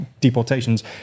deportations